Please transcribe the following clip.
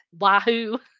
wahoo